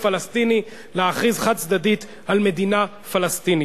הפלסטיני להכריז חד-צדדית על מדינה פלסטינית.